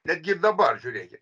netgi ir dabar žiūrėkit